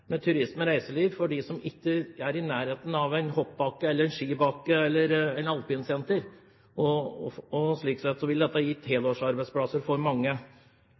med turisme og reiseliv, for dem som ikke er i nærheten av en hopp- eller skibakke eller et alpinsenter. Slik sett ville dette gitt helårsarbeidsplasser for mange.